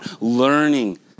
learning